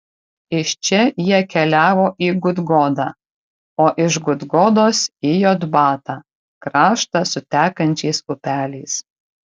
iš čia jie keliavo į gudgodą o iš gudgodos į jotbatą kraštą su tekančiais upeliais